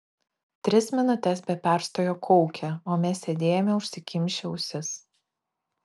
tris minutes be perstojo kaukė o mes sėdėjome užsikimšę ausis